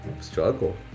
struggle